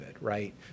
right